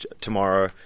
tomorrow